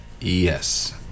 Yes